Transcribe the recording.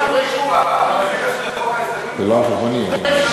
זה לא על חשבוני.